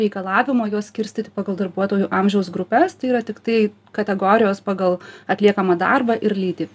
reikalavimo juos skirstyti pagal darbuotojų amžiaus grupes tai yra tiktai kategorijos pagal atliekamą darbą ir lytį